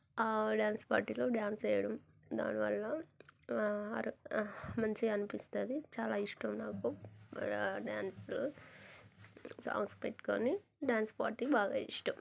dance పార్టీలో dance వేయడం దానివల్ల అర మంచిగా అనిపిస్తుంది చాలా ఇష్టం నాకు ఆ డ్యాన్స్లు సాంగ్స్ పెట్టుకోని డ్యాన్స్ పార్టీ బాగా ఇష్టం